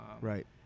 Right